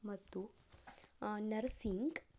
ಮತ್ತು ನರಸಿಂಗ್